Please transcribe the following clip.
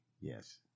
Yes